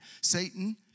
Satan